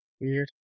weird